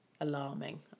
alarming